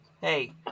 Hey